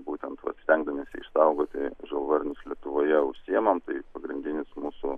būtent vat stengdamiesi išsaugoti žalvarnius lietuvoje užsiimam tai pagrindinis mūsų